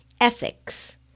ethics